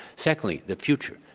secondly, the future,